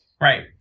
Right